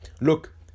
look